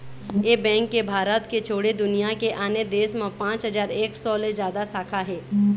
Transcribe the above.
ए bank के भारत के छोड़े दुनिया के आने देश म पाँच हजार एक सौ ले जादा शाखा हे